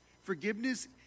Forgiveness